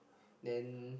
then